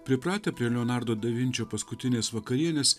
pripratę prie leonardo da vinčio paskutinės vakarienės